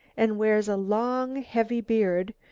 and wears a long heavy beard,